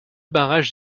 barrages